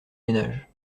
ménages